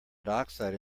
dioxide